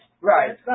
Right